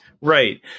Right